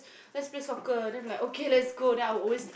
lets play soccer then I'm like okay lets go then I always